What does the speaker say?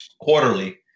quarterly